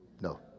No